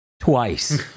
twice